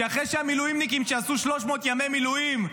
שאחרי שהמילואימניקים עשו 300 ימי מילואים,